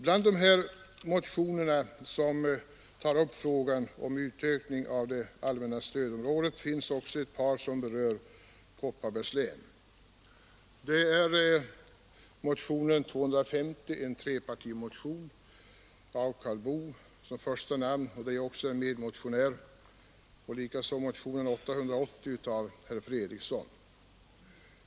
Bland de motioner som tar upp frågan om en utökning av det allmänna stödområdet finns också ett par som berör Kopparbergs län. Det är motionen 250 — en trepartimotion med Karl Boo som första namn och där jag är medmotionär — och motionen 880 av herr Fredriksson.